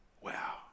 Wow